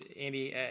Andy